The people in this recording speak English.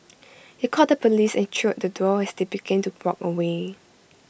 he called the Police and trailed the duo as they began to walk away